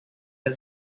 del